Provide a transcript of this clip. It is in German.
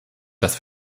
das